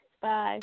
Bye